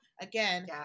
again